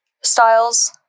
styles